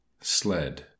Sled